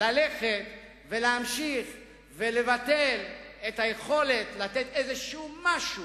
ללכת ולהמשיך ולבטל את היכולת לתת איזה משהו.